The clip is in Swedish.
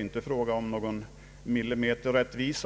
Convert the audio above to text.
inte kan bli fråga om någon millimeterrättvisa.